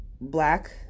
black